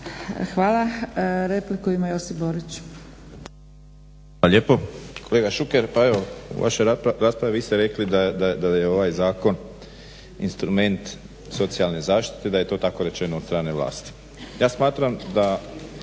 Hvala. Repliku ima Josip Borić.